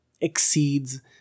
exceeds